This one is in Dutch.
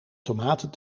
tomaten